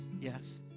yes